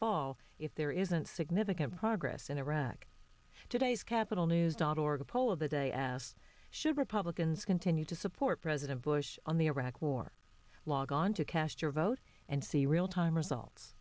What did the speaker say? fall if there isn't significant progress in iraq today's capitol news dot org a poll of the day asked should republicans continue to support president bush on the iraq war log on to cast your vote and see real time results